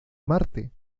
marte